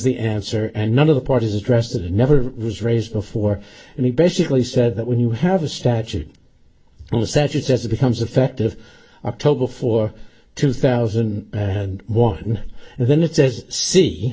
the answer and none of the parties addressed it and never was raised before and he basically said that when you have a statute on the set it says it becomes effective october for two thousand and one and then it says see